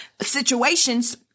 situations